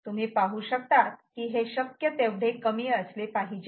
तुम्ही पाहू शकतात की हे शक्य तेवढे कमी असले पाहिजे